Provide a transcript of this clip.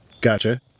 gotcha